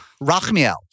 Rachmiel